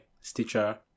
Stitcher